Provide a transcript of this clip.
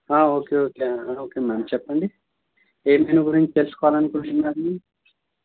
okay okay okay madam చెప్పండి ఏం menu గురించి తెలుసుకోవాలనుకుంటున్నారు మీరు